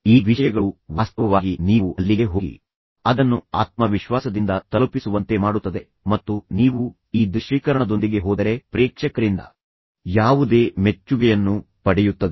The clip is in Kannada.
ಈ ವಿಷಯಗಳು ವಾಸ್ತವವಾಗಿ ನೀವು ಅಲ್ಲಿಗೆ ಹೋಗಿ ಅದನ್ನು ಆತ್ಮವಿಶ್ವಾಸದಿಂದ ತಲುಪಿಸುವಂತೆ ಮಾಡುತ್ತದೆ ಮತ್ತು ನೀವು ಈ ದೃಶ್ಯೀಕರಣದೊಂದಿಗೆ ಹೋದರೆ ಪ್ರೇಕ್ಷಕರಿಂದ ಯಾವುದೇ ಮೆಚ್ಚುಗೆಯನ್ನು ಪಡೆಯುತ್ತದೆ